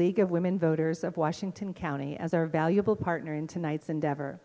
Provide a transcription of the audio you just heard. league of women voters of washington county as our valuable partner in tonight's endeavor